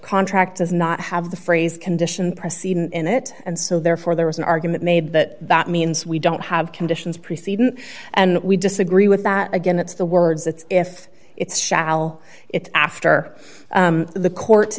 contract does not have the phrase condition precedent in it and so therefore there is an argument made that that means we don't have conditions preceding and we disagree with that again it's the words it's if it's shall it after the court